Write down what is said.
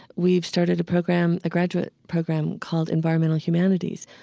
we've started a program a graduate program called environmental humanities,